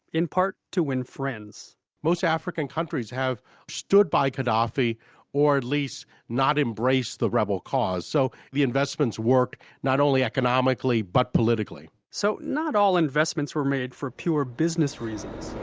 in part to win friends most african countries have stood by gaddafi or at least not embraced the rebel cause. so the investments worked not only economically but politically so not all investments were made for pure business reasons,